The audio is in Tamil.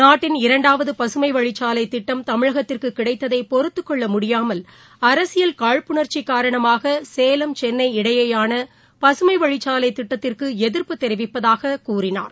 நாட்டின் இரண்டாவது பசுமைவழிச்சாலை திட்டம் தமிழகத்திற்கு கிடைத்ததை பொறுத்துக்கொள்ள முடியாமல் அரசியல் காழ்ப்புணா்ச்சி காரணமாக சேலம் சென்னை இடையேயான பசுமைவழிச்சாலை திட்டத்திற்கு எதிர்ப்பு தெரிவிப்பதாக கூறினார்